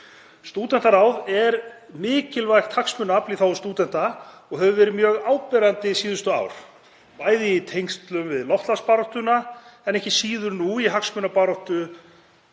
Stúdentaráð er mikilvægt hagsmunaafl í þágu stúdenta og hefur verið mjög áberandi síðustu ár, bæði í tengslum við loftslagsbaráttuna en ekki síður nú í hagsmunabaráttu